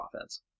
offense